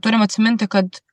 turim atsiminti kad